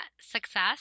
success